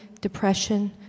depression